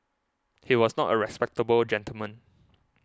he was not a respectable gentleman